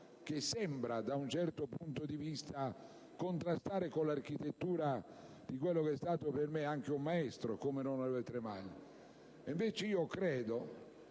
che sembra, da un certo punto di vista, contrastare con l'architettura di quello che è stato per me anche un maestro. Credo invece che,